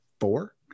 four